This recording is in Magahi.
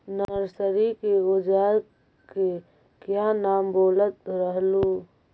नरसरी के ओजार के क्या नाम बोलत रहलू?